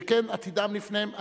שכן עתידם לפניהם.